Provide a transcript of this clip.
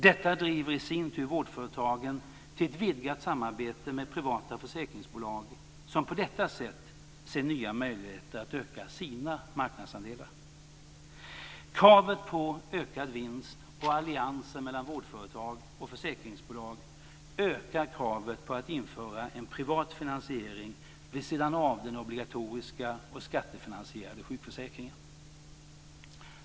Detta driver i sin tur vårdföretagen till ett vidgat samarbete med privata försäkringsbolag som på detta sätt ser nya möjligheter att öka sina marknadsandelar. Kravet på ökad vinst och alliansen mellan vårdföretag och försäkringsbolag ökar kravet på att införa en privat finansiering vid sidan av den obligatoriska skattefinansierade sjukförsäkringen.